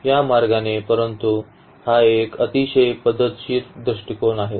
या मार्गाने परंतु हा एक अतिशय पद्धतशीर दृष्टिकोन आहे